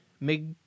MIG